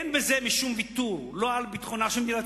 אין בזה משום ויתור לא על ביטחונה של מדינת